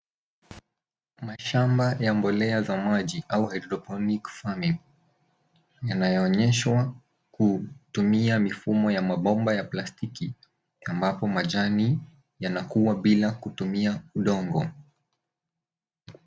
Mashamba ya mbolea za maji au hydroponic farming yanayoonyeshwa kutumia mifumo ya mabomba ya plastiki ambapo majani yanakua bila kutumia udongo.